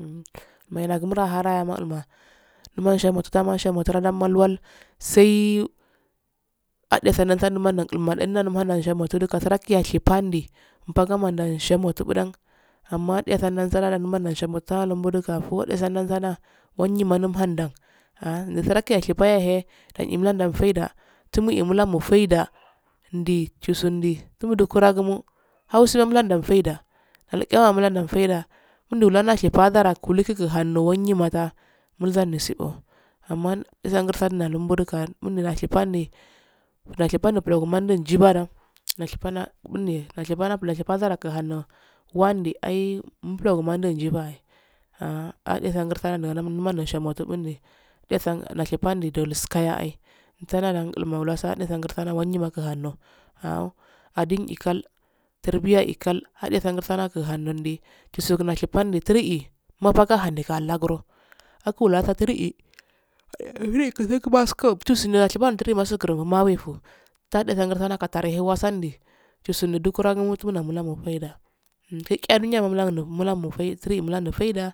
No nagin mula hara ma um 'ah musha tara musha tarav mal wal sai adaf kal nemal wal kul manan she mu sheka pal ndi mapago she tubu dan amma nseya saladan numan nosha mota nubu dan muduga gon yin ma mda han dan aha azra yesha ya'eh den eh mul hadan faida tunmo eh mul hamo faida ndu jisu ndu tubub go kora gumo hausa go mul hadan faida ul kyayo ah mul hadan faida kun dudo nau shedo pazar ka inku hamno oyin nyi no paza murzana'a amma garza no siyo amma isa ngozi nali do gosimo panana goshida panne pro mannu ro gojida nofi bana nosi pana bunna shoshi bana noshe bazar ronki hanno wande ai mufi rogi waji bo ys eh ah ase gursa nda ushe nubaro noshe mondi nosghe panne do skayo ya eh sanedo mau la sa hade sana wan nyima gi hando aha adin eh kal tarbiya eh kal hade so sana ka handu ndu jisu u mushin pal eh no pal raga hagro waku su turu eeh wakun chin su ma ndri maso mawefoa fugan gusan gn gatarahe wasan ndu rii jisu ndu lukuran niyimo laino koye da midu che mulhamo suronyi muham fandi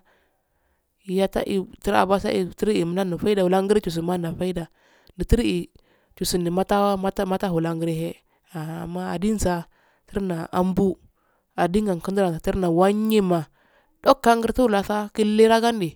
yataru aba so eh tra mul ghamo faila lan gisu mu haru fada nuturi eeh jisa nu mata mata ho nangri eh seh adinso turna ambu adin sa kunya turna amyima donkar nyie ma gandu.